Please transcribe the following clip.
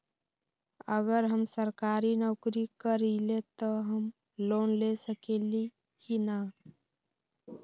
अगर हम सरकारी नौकरी करईले त हम लोन ले सकेली की न?